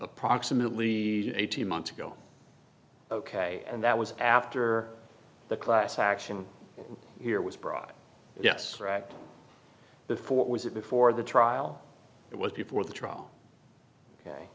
approximately eighteen months ago ok and that was after the class action here was brought yes before what was it before the trial it was before the trial